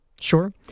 Sure